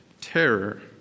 terror